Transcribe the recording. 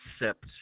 accept